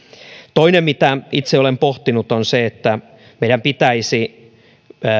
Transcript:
toinen mitä itse olen pohtinut on se että meidän pitäisi